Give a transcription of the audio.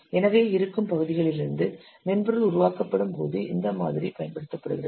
எனவே இருக்கும் பகுதிகளிலிருந்து மென்பொருள் உருவாக்கப்படும்போது இந்த மாதிரி பயன்படுத்தப்படுகிறது